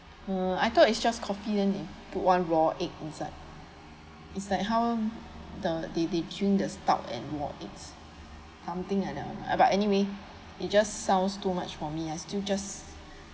uh I thought it's just coffee then put one raw egg inside it's like how the they they tune the stout and raw egg something like that ah but anyway it just sounds too much for me ah still just